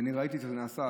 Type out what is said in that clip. וראיתי את זה נעשה.